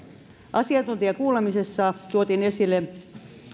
asiantuntijakuulemisessa tuotiin esille